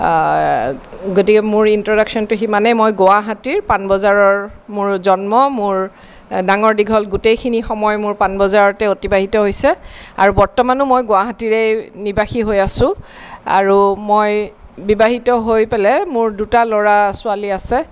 গতিকে মোৰ ইন্ট্ৰ'ডাকচনটো সিমানে মই গুৱাহাটীৰ পাণবজাৰৰ মোৰ জন্ম মোৰ ডাঙৰ দীঘল গোটেইখিনি সময় মোৰ পাণবজাৰতে অতিবাহিত হৈছে আৰু বৰ্তমানো মই গুৱাহাটীৰে নিবাসী হৈ আছো আৰু মই বিবাহিত হৈ পেলাই মোৰ দুটা ল'ৰা ছোৱালী আছে